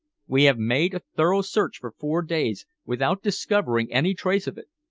we have made a thorough search for four days, without discovering any trace of it.